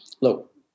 look